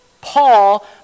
Paul